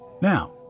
Now